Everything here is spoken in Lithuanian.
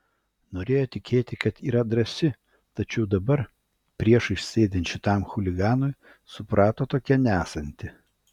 norėjo tikėti kad yra drąsi tačiau dabar priešais sėdint šitam chuliganui suprato tokia nesanti